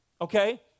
okay